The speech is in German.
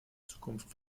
zukunft